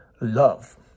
Love